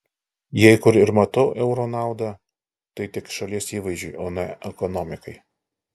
jei kur ir matau euro naudą tai tik šalies įvaizdžiui o ne ekonomikai